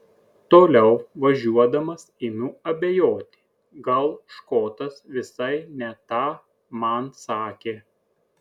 toliau važiuodamas imu abejoti gal škotas visai ne tą man sakė